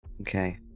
Okay